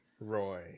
Roy